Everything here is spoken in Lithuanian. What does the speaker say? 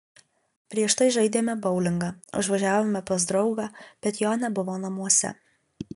prieš tai žaidėme boulingą užvažiavome pas draugą bet jo nebuvo namuose